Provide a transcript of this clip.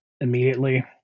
immediately